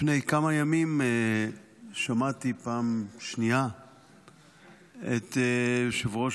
לפני כמה ימים שמעתי פעם שנייה את ראש